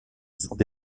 sont